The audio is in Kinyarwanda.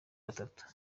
batatu